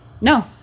no